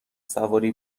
سواری